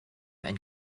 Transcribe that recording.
and